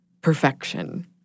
perfection